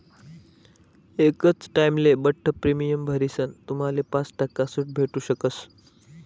एकच टाइमले बठ्ठ प्रीमियम भरीसन तुम्हाले पाच टक्का सूट भेटू शकस